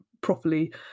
properly